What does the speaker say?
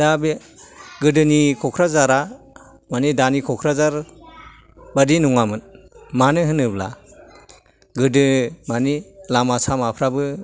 दा बे गोदोनि क'क्राझारआ मानि दानि क'क्राझार बादि नङामोन मानो होनोब्ला गोदो मानि लामा सामाफ्राबो